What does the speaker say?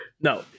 No